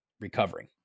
recovering